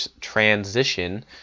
transition